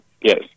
Yes